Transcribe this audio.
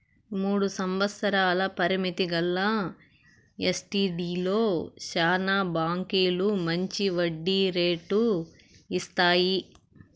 మూడు సంవత్సరాల పరిమితి గల ఎస్టీడీలో శానా బాంకీలు మంచి వడ్డీ రేటు ఇస్తాయి